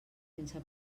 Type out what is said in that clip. sense